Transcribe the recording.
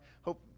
hope